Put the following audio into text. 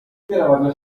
imana